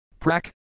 Prak